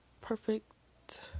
perfect